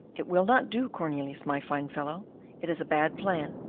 it will not do, cornelius, my fine fellow it is a bad plan.